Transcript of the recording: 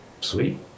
sweet